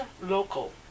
local